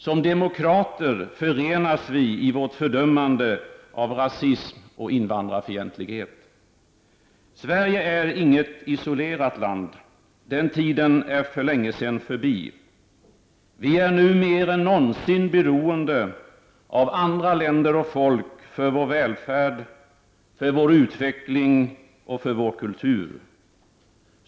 Som demokrater förenas vi i vårt fördömande av rasism och invandrarfientlighet. Sverige är inget isolerat land. Den tiden är för länge sedan förbi. Vi är nu mer än någonsin beroende av andra länder och folk för vår välfärd, för vår utveckling och för vår kultur.